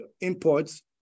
imports